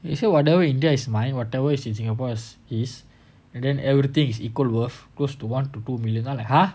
he say whatever in india is mine whatever is in singapore is his and then everything is equal worth close to one to two million I'm like !huh!